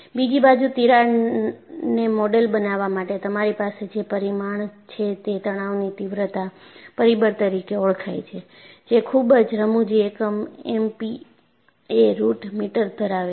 બીજી બાજુ તિરાડને મોડેલ બનવા માટે તમારી પાસે જે પરિમાણ છે તે તણાવની તીવ્રતા પરિબળ તરીકે ઓળખાય છે જે ખૂબ જ અમુજી એકમ એમપીએ રૂટ મીટર ધરાવે છે